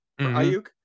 Ayuk